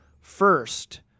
first